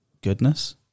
goodness